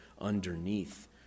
underneath